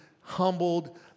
humbled